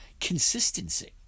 Consistency